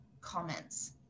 comments